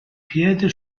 piede